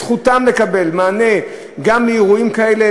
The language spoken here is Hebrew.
זכותם לקבל מענה גם לאירועים כאלה,